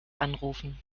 anrufen